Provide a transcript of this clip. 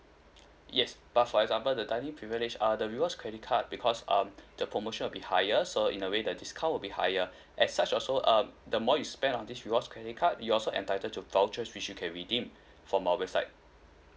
yes but for example the dining privilege err the rewards credit card because um the promotion will be higher so in a way the discount will be higher as such also um the more you spend on these rewards credit card you also entitled to vouches which you can redeem from our website